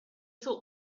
thought